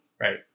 Right